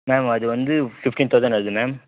ma'am அது வந்து fifteen thousand வருது மேம்